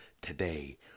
today